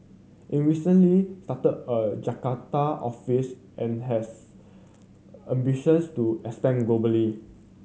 it recently started a Jakarta office and has ambitions to expand globally